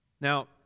Now